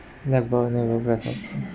never never breath all